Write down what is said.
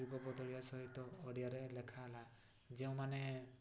ଯୁଗ ବଦଳିବା ସହିତ ଓଡ଼ିଆରେ ଲେଖା ହେଲା ଯେଉଁମାନେ